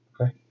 Okay